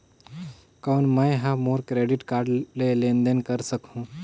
कौन मैं ह मोर क्रेडिट कारड ले लेनदेन कर सकहुं?